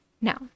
Now